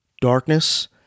Darkness